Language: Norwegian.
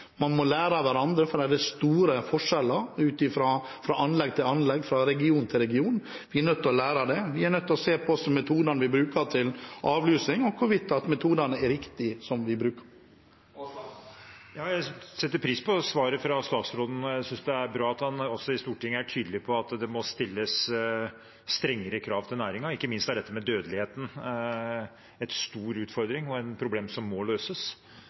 Man må lære av hverandre, for det er store forskjeller fra anlegg til anlegg, fra region til region. Vi er nødt til å lære av det. Vi er også nødt til å se på metodene vi bruker til avlusing, og hvorvidt de metodene vi bruker, er riktige. Jeg setter pris på svaret fra statsråden. Jeg synes det er bra at han også i Stortinget er tydelig på at det må stilles strengere krav til næringen. Ikke minst er dette med dødeligheten en stor utfordring og et problem som må løses.